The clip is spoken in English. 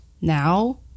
Now